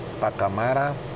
Pacamara